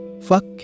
Fuck